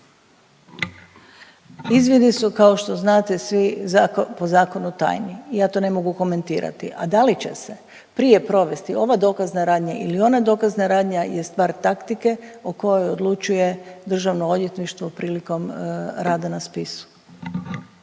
Izvidi su kao što znate svi po zakonu tajni i ja to ne mogu komentirati. A da li će se prije provesti ova dokazna radnja ili ona dokazna radnja je stvar taktike o kojoj odlučuje Državno odvjetništvo prilikom rada na spisu.